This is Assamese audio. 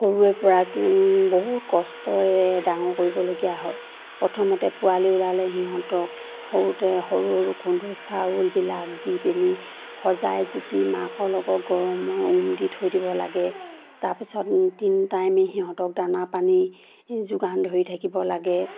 সৰুৰে পৰা বহুত কষ্টৰে ডাঙৰ কৰিবলগীয়া হয় প্ৰথমতে পোৱালি ওলালে সিহঁতক সৰুতে সৰু সৰু খুন্দো চাউলবিলাক দি পিনি সজাই জুপি মাকৰ লগত গৰমে উম দি থৈ দিব লাগে তাৰপিছত তিনি টাইমে সিহঁতক দানা পানী যোগান ধৰি থাকিব লাগে